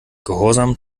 gehorsam